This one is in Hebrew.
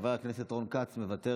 חבר הכנסת רון כץ מוותר?